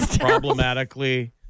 problematically